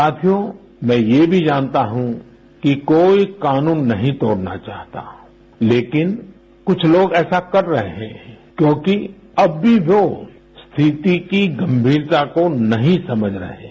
साथियो मैं ये भी जानता हूं कि कोई कानून नहीं तोड़ना चाहता लेकिन कुछ लोग ऐसा कर रहे हैं क्योंकि अब भी वो स्थिति की गंभीरता को नहीं समझ रहे हैं